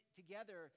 together